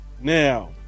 Now